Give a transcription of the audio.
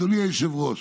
אדוני היושב-ראש,